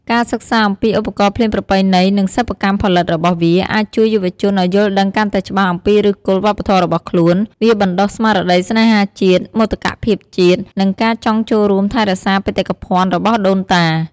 ការសិក្សាអំពីឧបករណ៍ភ្លេងប្រពៃណី និងសិប្បកម្មផលិតរបស់វា អាចជួយយុវជនឱ្យយល់ដឹងកាន់តែច្បាស់អំពីឫសគល់វប្បធម៌របស់ខ្លួន វាបណ្តុះស្មារតីស្នេហាជាតិ មោទកភាពជាតិ និងការចង់ចូលរួមថែរក្សាបេតិកភណ្ឌរបស់ដូនតា។